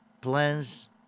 plans